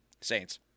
Saints